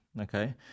Okay